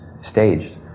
staged